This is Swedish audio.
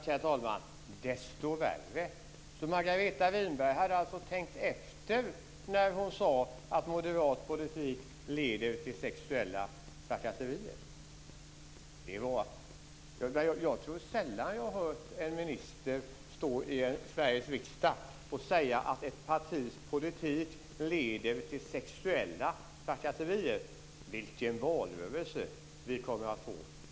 Herr talman! Desto värre! Margareta Winberg hade alltså tänkt efter innan hon sade att moderat politik leder till sexuella trakasserier. Jag tror sällan att jag har hört en minister i Sveriges riksdag säga att ett partis politik leder till sexuella trakasserier. Vilken valrörelse vi kommer att få!